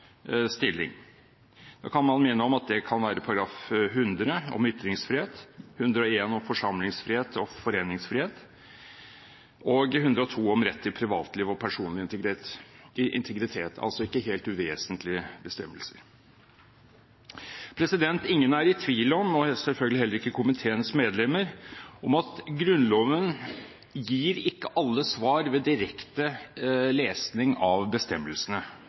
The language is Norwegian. Da kan man minne om at det kan være § 100, om ytringsfrihet, § 101, om forsamlingsfrihet og foreningsfrihet, og § 102, om rett til privatliv og personlig integritet – altså ikke helt uvesentlige bestemmelser. Ingen er i tvil om – selvfølgelig heller ikke komiteens medlemmer – at Grunnloven ikke gir alle svar ved direkte lesning av bestemmelsene.